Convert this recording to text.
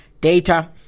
data